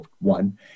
one